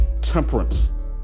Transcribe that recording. Temperance